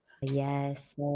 Yes